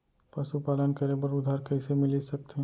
पशुपालन करे बर उधार कइसे मिलिस सकथे?